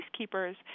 peacekeepers